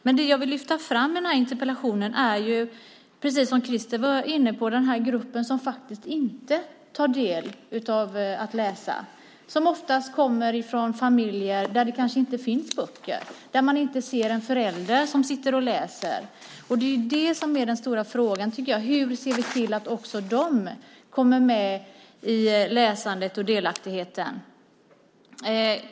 Men det jag vill lyfta fram med interpellationen är den grupp som inte tar del i läsandet, som oftast kommer från familjer där det kanske inte finns böcker och där man inte ser en förälder som sitter och läser. Den stora frågan är hur vi ska se till att också de kommer med i läsandet och blir delaktiga.